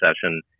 session